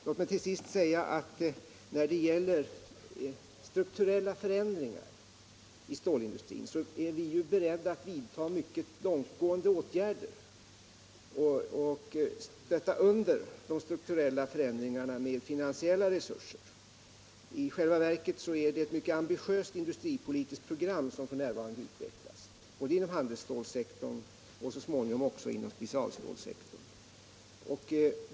Låt mig till sist säga att när det gäller strukturella förändringar i stålindustrin är vi ju beredda att vidta mycket långtgående åtgärder och stödja de strukturella förändringarna med finansiella resurser. I själva verket är det ett mycket ambitiöst industripolitiskt program som f. n. utvecklas inom handelsstålsektorn och så småningom också inom specialstålsektorn.